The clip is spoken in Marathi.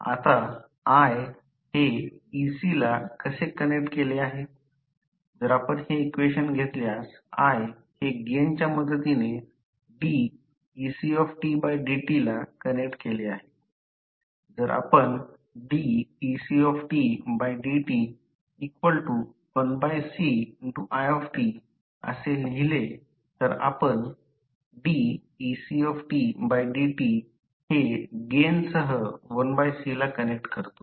आता i हे ec ला कसे कनेक्ट केले आहे जर आपण हे इक्वेशन घेतल्यास i हे गेनच्या मदतीने decdt ला कनेक्ट केले आहे जर आपण decdt1Cit असे लिहिले तर आपण decdt हे गेनसह 1C ला कनेक्ट करतो